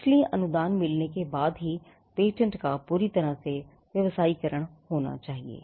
इसलिए अनुदान मिलने के बाद ही पेटेंट का पूरी तरह से व्यावसायीकरण हो सकता है